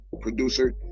producer